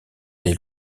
des